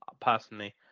personally